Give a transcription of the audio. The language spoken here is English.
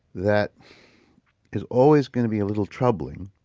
that is always going to be a little troubling